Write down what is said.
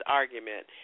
argument